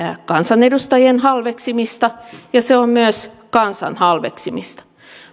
kansanedustajien halveksimista ja se on myös kansan halveksimista